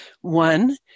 One